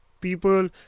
people